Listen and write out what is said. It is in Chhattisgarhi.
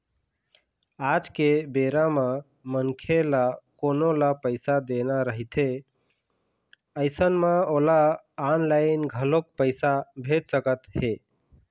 आज के बेरा म मनखे ल कोनो ल पइसा देना रहिथे अइसन म ओला ऑनलाइन घलोक पइसा भेज सकत हे